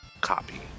copy